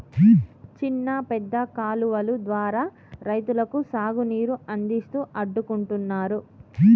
చిన్న పెద్ద కాలువలు ద్వారా రైతులకు సాగు నీరు అందిస్తూ అడ్డుకుంటున్నారు